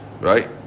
Right